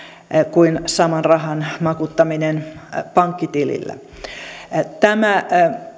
kuin saman rahan makuuttaminen pankkitilillä tämä